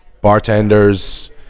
bartenders